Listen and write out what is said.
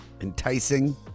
enticing